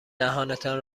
دهانتان